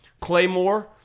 Claymore